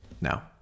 Now